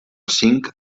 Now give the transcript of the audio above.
cinc